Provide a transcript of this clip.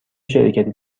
شرکتی